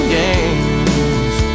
games